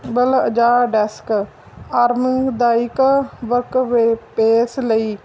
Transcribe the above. ਜਾਂ ਡੈਸਕ ਆਰਾਮਦਾਇਕ ਵਰਕਵੇਪੇਸ ਲਈ